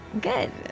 Good